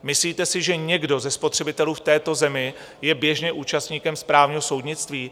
Myslíte si, že někdo ze spotřebitelů v této zemi je běžně účastníkem správního soudnictví?